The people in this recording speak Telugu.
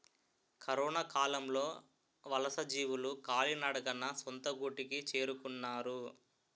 కరొనకాలంలో వలసజీవులు కాలినడకన సొంత గూటికి చేరుకున్నారు